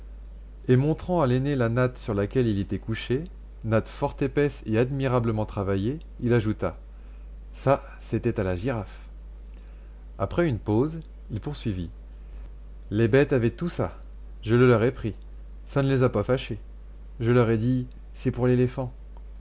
et montrant à l'aîné la natte sur laquelle il était couché natte fort épaisse et admirablement travaillée il ajouta ça c'était à la girafe après une pause il poursuivit les bêtes avaient tout ça je le leur ai pris ça ne les a pas fâchées je leur ai dit c'est pour l'éléphant